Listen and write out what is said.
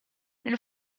nel